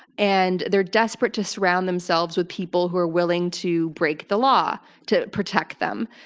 and they're desperate to surround themselves with people who are willing to break the law to protect them.